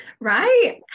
Right